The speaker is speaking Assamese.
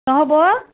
নহ'ব